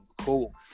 cool